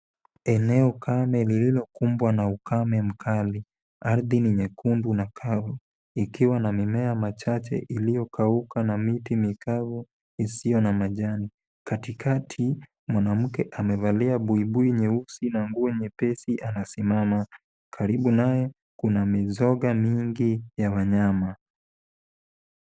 Eneo kame lililokumbwa na ukame mkali, ardhi ni nyekundu na kavu ikiwa na mimea machache iliyokauka na miti mikavu isiyo na majani. Katikati mwanamke amevalia buibui nyeusi na nguo nyepesi anasimama, karibu naye kuna mizoga mingi ya wanyama.